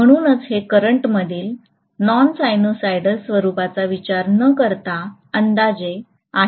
म्हणूनच हे करंट मधील नॉन साइनसॉइडल स्वरुपाचा विचार न करता अंदाजे आहे